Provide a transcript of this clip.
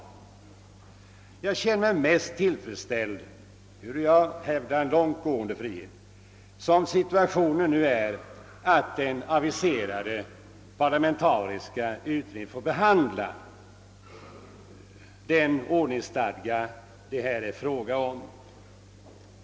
Ehuru jag hävdar en långt gående frihet känner jag mig mest tillfredsställd med att som situationen nu är den aviserade parlamentariska utredningen får behandla den ordningsstadga det här är fråga om.